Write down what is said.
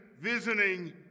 visiting